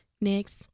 next